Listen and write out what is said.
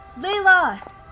Leila